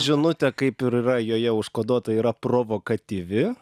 žinutė kaip ir yra joje užkoduota yra provokatyvi